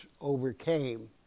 overcame